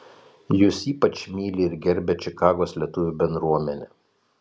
jus ypač myli ir gerbia čikagos lietuvių bendruomenė